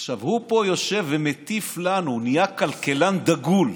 עכשיו הוא יושב פה ומטיף לנו, נהיה כלכלן דגול,